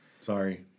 Sorry